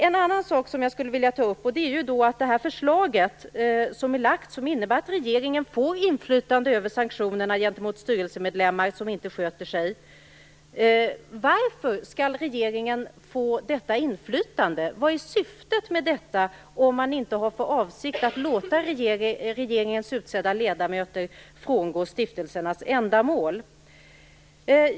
En annan sak som jag vill ta upp är det förslag som innebär att regeringen får inflytande över sanktioner gentemot styrelsemedlemmar som inte sköter sig. Varför skall regeringen få detta inflytande? Vad är syftet, om man inte har för avsikt att låta de av regeringen utsedda ledamöterna frångå stiftelsernas ändamål?